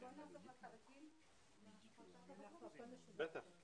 ואולי הסטות תקציביות מתוך התקציב הקיים ולראות איך נותנים לזה מענה,